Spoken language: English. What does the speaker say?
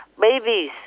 Babies